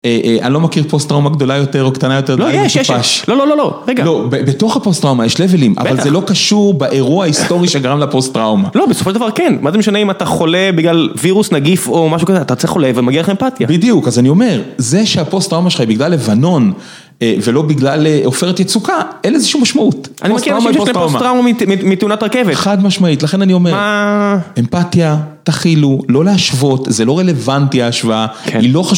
אני לא מכיר פוסט-טראומה גדולה יותר, או קטנה יותר, לא, יש, יש, יש, לא, לא, לא, לא, רגע. לא, בתוך הפוסט-טראומה יש לבלים, בטח! אבל זה לא קשור באירוע היסטורי שגרם לפוסט-טראומה. לא, בסופו של דבר כן. מה זה משנה אם אתה חולה בגלל וירוס נגיף או משהו כזה, אתה יו א חולה ומגיע לך אמפתיה. בדיוק, אז אני אומר, זה שהפוסט-טראומה שלך היא בגלל לבנון, ולא בגלל עופרת ייצוקה, אין לזה שום משמעות. פוסט-טראומה, פוסט-טראומה. אני מכיר אנשים שיש להם פוסט-טראומה מתאונת רכבת. חד משמעית, לכן אני אומר, מה? אמפתיה, תחילו, לא להשוות, זה לא רלוונטי ההשוואה. כן, היא לא חשובה